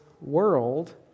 world